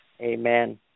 Amen